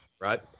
right